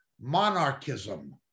monarchism